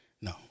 No